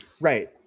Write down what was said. Right